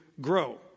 grow